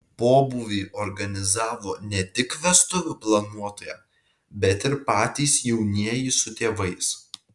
pobūvį organizavo ne tik vestuvių planuotoja bet ir patys jaunieji su tėvais